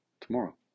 tomorrow